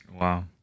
Wow